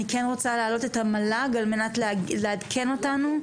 אני כן רוצה להעלות את המל"ג על מנת לעדכן אותנו.